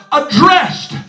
addressed